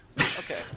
Okay